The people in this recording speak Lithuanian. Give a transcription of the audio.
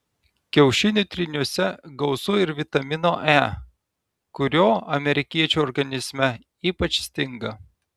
kiaušinių tryniuose gausu ir vitamino e kurio amerikiečių organizme ypač stinga